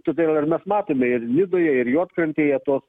todėl ir mes matome ir nidoje ir juodkrantėje tuos